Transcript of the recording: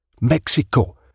Mexico